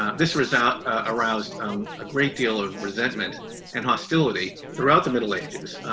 this result ah aroused um a great deal of resentment and hostility throughout the middle ages.